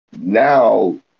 now